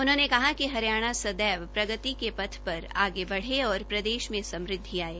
उन्होंने कहा कि हरियाणा सदैव प्रगति के पथ पर आगे बढ़े और प्रदेश में सुमुदवि आये